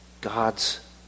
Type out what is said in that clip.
God's